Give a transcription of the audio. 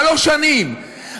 שלוש שנים,